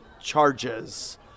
charges